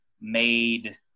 made